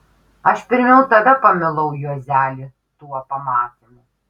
aš pirmiau tave pamilau juozeli tuo pamatymu